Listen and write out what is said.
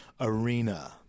arena